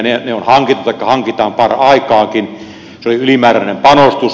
ne on hankittu tai hankitaan paraikaakin se oli ylimääräinen panostus